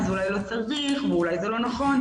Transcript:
אז אולי לא צריך ואולי זה לא נכון.